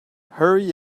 hurry